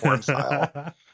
style